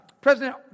President